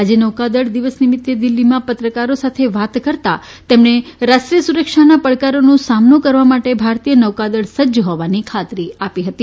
આજે નૌકાદળ દિવસ નિમિત્તે દિલ્હીમાં પત્રકારો સાથે વાત કરતા તેમણે રાષ્ટ્રીય સુરક્ષાના પડકારોનો સામનો કરવા માટે ભારતીય નૌકાદળ સજ્જ હોવાની ખાતરી આપી હતી